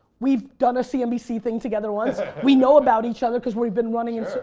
we've done a cnbc thing together once. we know about each other because we've been running in